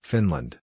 Finland